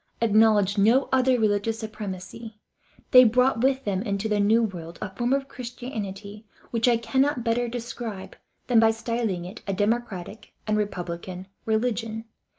acknowledged no other religious supremacy they brought with them into the new world a form of christianity which i cannot better describe than by styling it a democratic and republican religion.